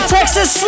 Texas